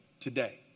today